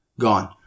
gone